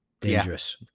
Dangerous